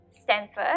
Stanford